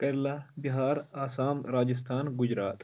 Kerala Bihar Assam Rajasthan Gujarat